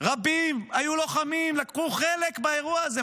רבים היו לוחמים, לקחו חלק באירוע הזה.